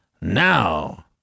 Now